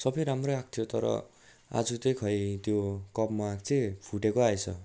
सबै राम्रै आएको थियो तर आज चाहिँ खोइ त्यो कपमा चाहिँ फुटेको आएछ